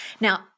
Now